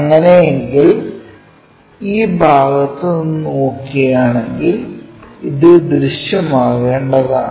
അങ്ങിനെ എങ്കിൽ ഈ ഭാഗത്ത് നിന്ന് നോക്കുകയാണെങ്കിൽ ഇത് ദൃശ്യമാകേണ്ടതാണ്